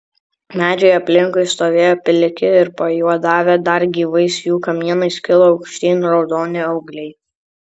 medžiai aplinkui stovėjo pliki ir pajuodavę dar gyvais jų kamienais kilo aukštyn raudoni augliai